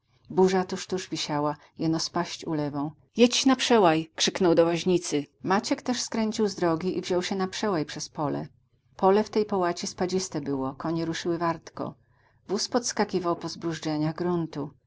co duchu burza tuż tuż wisiała jeno spaść ulewą jedź na przełaj krzyknął ku woźnicy maciek też skręcił z drogi i wziął się na przełaj przez pole pole w tej połaci spadziste było konie ruszyły wartko wóz podskakiwał po zbrużdżeniach gruntu